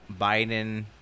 Biden